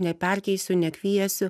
neperkeisiu nekviesiu